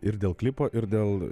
ir dėl klipo ir dėl